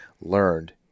learned